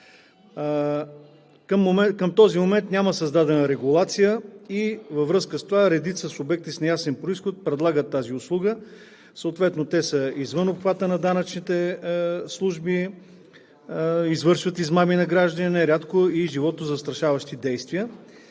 Към този момент няма създадена регулация и във връзка с това редица субекти с неясен произход предлагат тази услуга. Те съответно са извън обхвата на данъчните служби, извършват измами на граждани, нерядко и животозастрашаващи действия.